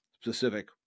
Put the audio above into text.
specific